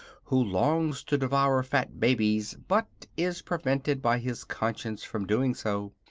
who longs to devour fat babies but is prevented by his conscience from doing so.